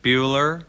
Bueller